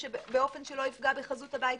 ובאופן שלא יפגע בחזות הבית.